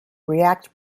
react